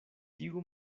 tiu